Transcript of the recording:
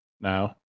now